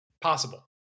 possible